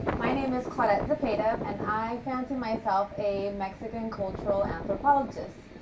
my name is claudette zepeda, and i fancy myself a mexican cultural anthropologist.